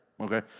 okay